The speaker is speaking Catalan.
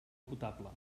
potable